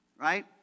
Right